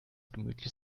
gemütlich